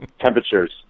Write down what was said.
temperatures